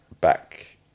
back